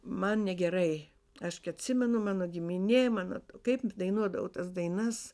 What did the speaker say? man negerai aš kai atsimenu mano giminė mano kaip dainuodavau tas dainas